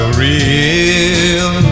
real